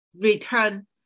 return